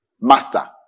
master